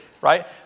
right